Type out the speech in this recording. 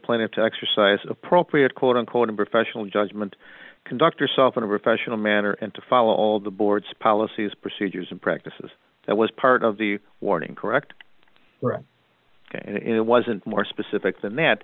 planet to exercise appropriate quote unquote in professional judgment conduct herself in a recession a manner and to follow all the boards policies procedures and practices that was part of the warning correct and it wasn't more specific than that